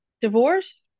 divorce